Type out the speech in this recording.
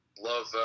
Love